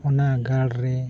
ᱚᱱᱟ ᱜᱟᱲ ᱨᱮ